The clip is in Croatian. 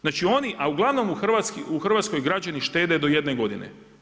Znači oni, a uglavnom hrvatski građani štede do jedne godine.